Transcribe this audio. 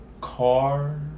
car